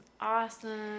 awesome